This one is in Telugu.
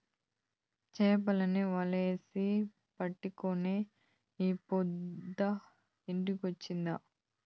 చేపల్ని వలేసి పట్టినంకే ఈ పొద్దు ఇంటికొచ్చేది ఆ